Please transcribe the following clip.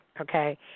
okay